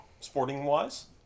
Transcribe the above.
sporting-wise